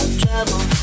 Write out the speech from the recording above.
trouble